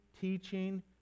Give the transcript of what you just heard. teaching